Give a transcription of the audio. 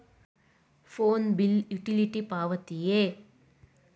Phone bill utility ಪಾವತಿಯೇ?